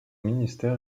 ministère